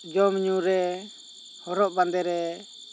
ᱡᱚᱢ ᱧᱩ ᱨᱮ ᱦᱚᱨᱚᱜ ᱵᱟᱸᱫᱮ ᱨᱮ